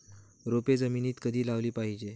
रोपे जमिनीत कधी लावली पाहिजे?